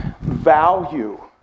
value